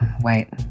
Wait